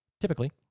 typically